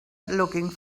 looking